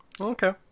Okay